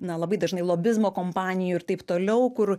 na labai dažnai lobizmo kompanijų ir taip toliau kur